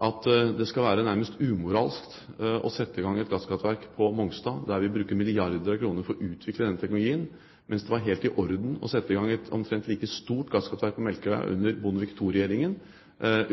at det skal være nærmest umoralsk å sette i gang et gasskraftverk på Mongstad, der vi bruker milliarder av kroner for å utvikle den teknologien, mens det var helt i orden å sette i gang et omtrent like stort gasskraftverk på Melkøya under Bondevik II-regjeringen